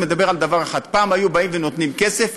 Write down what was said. מדבר על דבר אחד: פעם היו נותנים כסף,